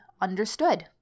understood